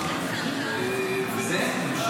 שיהיה ברור שעמדת הממשלה היא לתמוך בחוק,